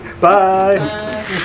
bye